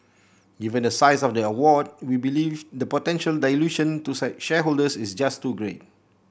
given the size of the award we believe the potential dilution to shareholders is just too great